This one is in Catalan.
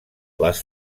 les